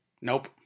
nope